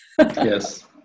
Yes